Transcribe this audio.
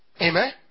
Amen